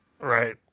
Right